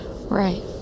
Right